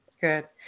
Good